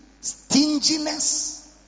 stinginess